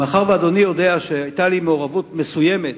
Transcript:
מאחר שאדוני יודע שהיתה לי מעורבות מסוימת